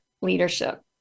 leadership